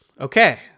Okay